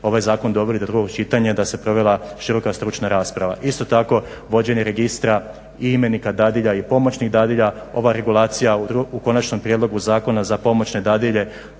ovaj zakon dobili do drugog čitanja da se provela široka stručna rasprava. Isto tako, vođenje registra i imenika dadilja i pomoćnih dadilja ova regulacija u konačnom prijedlogu zakona za pomoćne dadilje